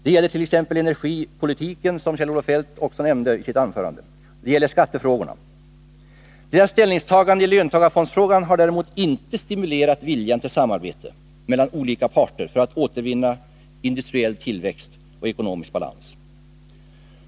Det gäller t.ex. i energipolitiken, som Kjell-Olof Feldt också tog upp i sitt anförande. Likaså gäller det i skattefrågorna. Deras ställningstagande i löntagarfondsfrågan har däremot inte stimulerat viljan till samarbete mellan olika parter för att återvinna industriell tillväxt och ekonomisk balans.